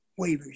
waivers